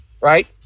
Right